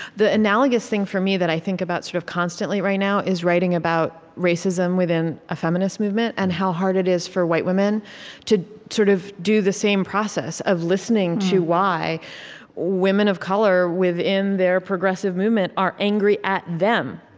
the analogous thing, for me, that i think about sort of constantly right now is writing about racism within a feminist movement and how hard it is for white women to sort of do the same process of listening to why women of color within their progressive movement are angry at them,